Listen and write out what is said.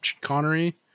Connery